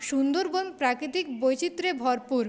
সুন্দরবন প্রাকৃতিক বৈচিত্র্যে ভরপুর